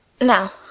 Now